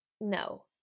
no